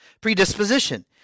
predisposition